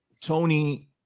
Tony